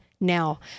now